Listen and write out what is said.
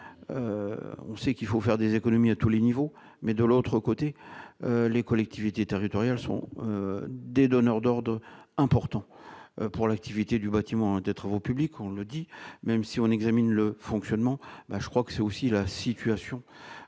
on sait qu'il faut faire des économies à tous les niveaux, mais de l'autre côté les collectivités territoriales sont des donneurs d'ordre important pour l'activité du bâtiment et travaux publics on le dit même si on examine le fonctionnement ben je crois que c'est aussi la situation de chaque